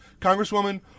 Congresswoman